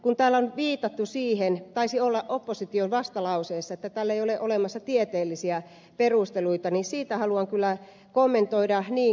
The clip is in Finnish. kun täällä on viitattu siihen taisi olla opposition vastalauseessa että tälle ei ole olemassa tieteellisiä perusteluita niin sitä haluan kyllä kommentoida